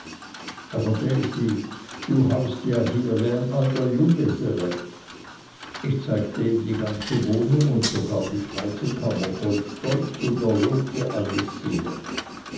aber daisy du haust ja hier wie ein alter junggeselle ich zeigte ihm die ganze wohnung und sogar die speisekammer voll stolz und er lobte alles sehr